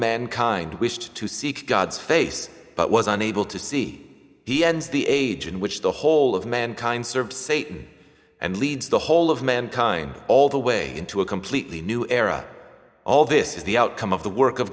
mankind wished to seek god's face but was unable to see he ends the age in which the whole of mankind serve satan and leads the whole of mankind all the way into a completely new era all this is the outcome of the work of